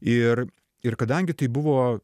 ir ir kadangi tai buvo